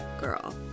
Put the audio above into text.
girl